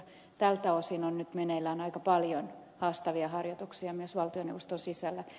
tältä osin on nyt meneillään aika paljon haastavia harjoituksia myös valtioneuvoston sisällä